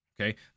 Okay